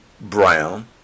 brown